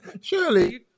Surely